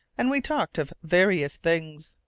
and we talked of various things.